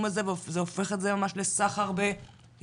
הזה וזה הופך את זה ממש לסחר בילדים?